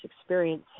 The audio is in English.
experience